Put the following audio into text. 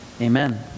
amen